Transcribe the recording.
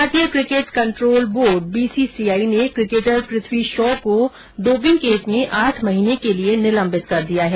भारतीय cricket control board BCCI ने cricketer Prithvi Shaw को डोपिंग केस में आठ महीने के लिये निलंबित कर दिया है